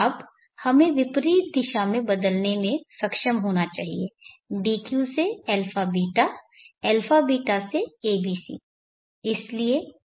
अब हमें विपरीत दिशा में बदलने में सक्षम होना चाहिए dq से αβ αβ से abc